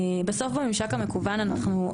בסוף בממשק המקוון אנחנו,